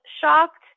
shocked